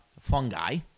fungi